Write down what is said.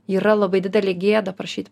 yra labai didelė gėda prašyt